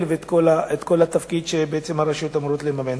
ואת כל התפקיד שבעצם הרשויות אמורות לממן.